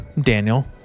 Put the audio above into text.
Daniel